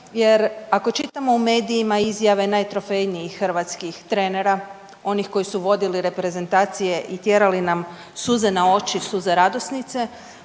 jer ako čitamo u medijima izjave najtrofejnijih hrvatskih trenira, onih koji su vodili reprezentacije i tjerali nam suze na oči, suze radosnice,